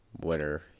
winner